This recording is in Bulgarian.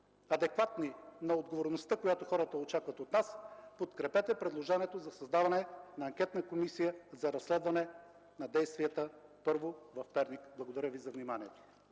адекватни на отговорността, която хората очакват от нас, подкрепете предложението за създаване на анкетна комисия за разследване на действията първо в Перник. Благодаря Ви за вниманието.